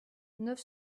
neuf